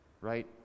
right